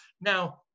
Now